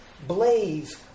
blaze